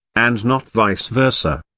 and not vice versa.